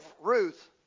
Ruth